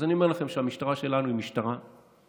אז אני אומר לכם שהמשטרה שלנו היא משטרה נחושה,